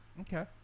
Okay